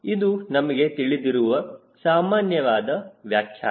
ಇದು ನಮಗೆ ತಿಳಿದಿರುವ ಸಾಮಾನ್ಯವಾದ ವ್ಯಾಖ್ಯಾನ